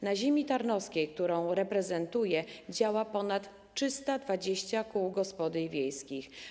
Na ziemi tarnowskiej, którą reprezentuję, działa ponad 320 kół gospodyń wiejskich.